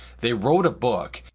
they wrote a book.